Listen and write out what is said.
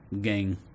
gang